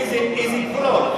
איזה גבולות?